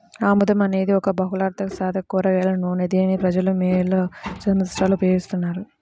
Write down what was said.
ఆముదం అనేది ఒక బహుళార్ధసాధక కూరగాయల నూనె, దీనిని ప్రజలు వేల సంవత్సరాలుగా ఉపయోగిస్తున్నారు